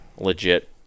legit